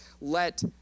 let